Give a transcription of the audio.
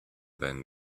than